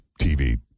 TV